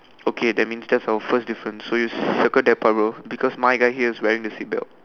okay that means that's our first difference so you circle that part bro because my guy here is wearing the seat belt